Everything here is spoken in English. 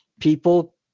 People